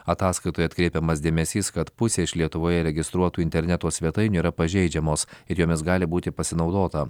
ataskaitoje atkreipiamas dėmesys kad pusė iš lietuvoje registruotų interneto svetainių yra pažeidžiamos ir jomis gali būti pasinaudota